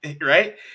Right